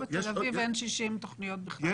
בתל אביב אין 60 תוכניות בכלל.